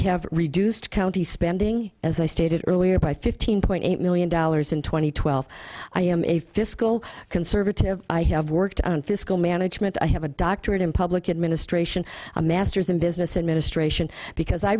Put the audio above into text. have reduced county spending as i stated earlier by fifteen point eight million dollars in two thousand and twelve i am a fiscal conservative i have worked on fiscal management i have a doctorate in public administration a masters in business administration because i